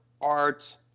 art